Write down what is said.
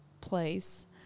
place